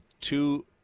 two